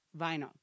vinyl